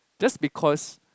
just because